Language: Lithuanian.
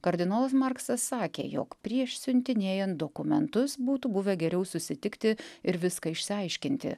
kardinolas marksas sakė jog prieš siuntinėjant dokumentus būtų buvę geriau susitikti ir viską išsiaiškinti